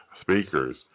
speakers